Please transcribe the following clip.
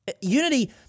Unity